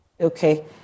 Okay